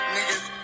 Niggas